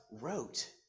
wrote